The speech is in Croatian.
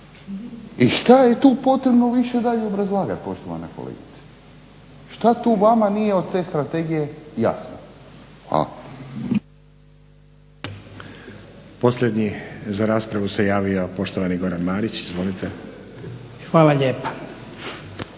I šta je tu potrebno više dalje obrazlagati poštovana kolegice. Šta tu vama nije od te strategije jasno? Hvala. **Stazić, Nenad (SDP)** I posljednji za raspravu se javio poštovani Goran Marić. Izvolite. **Marić,